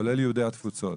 כולל יהודי התפוצות,